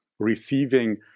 receiving